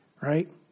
right